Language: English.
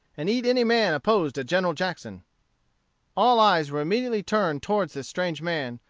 and eat any man opposed to general jackson all eyes were immediately turned toward this strange man,